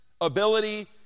ability